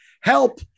help